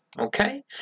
okay